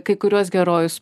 kai kuriuos herojus